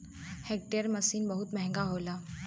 harvester machine बहुत महंगा होला